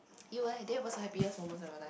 you leh then what's the happiest moment of my life